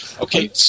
Okay